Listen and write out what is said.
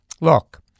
Look